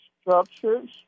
structures